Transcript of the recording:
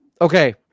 Okay